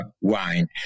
wine